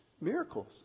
miracles